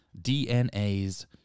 DNAs